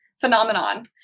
phenomenon